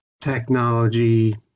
technology